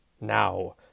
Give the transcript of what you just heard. Now